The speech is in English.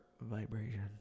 vibration